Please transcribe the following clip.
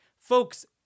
Folks